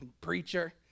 preacher